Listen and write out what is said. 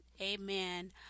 Amen